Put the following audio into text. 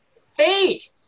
faith